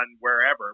wherever